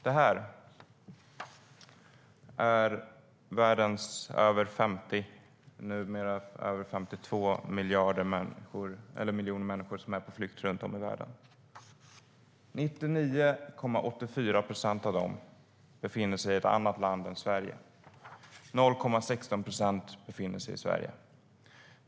Det här cirkeldiagrammet visar de numera över 52 miljoner människor som är på flykt runt om i världen. 99,84 procent av dem befinner sig i ett annat land än Sverige. 0,16 procent befinner sig i Sverige.